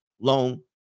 loan